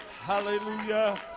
Hallelujah